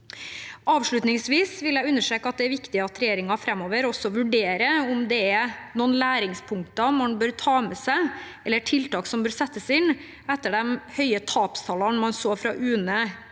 Avslutningsvis vil jeg understreke at det er viktig at regjeringen framover også vurderer om det er noen læringspunkter man bør ta med seg, eller tiltak som bør settes inn, etter de høye tapstallene man så fra UNE